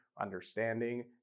understanding